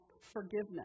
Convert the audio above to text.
forgiveness